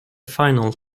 final